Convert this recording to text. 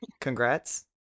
Congrats